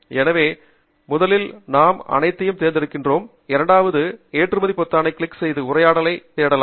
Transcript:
எனவே முதலில் நாம் அனைத்தையும் தேர்ந்தெடுக்கிறோம் இரண்டாவது ஏற்றுமதி பொத்தானை கிளிக் கி இங்கே உரையாடலை திறக்கும்